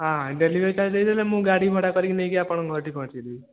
ହଁ ହଁ ଡେଲିଭେରିଟା ଦେଇଦେଲେ ମୁଁ ଗାଡ଼ି ଭଡ଼ା କରିକି ନେଇକି ଆପଣଙ୍କ ଘରଠି ପହଞ୍ଚେଇ ଦେବି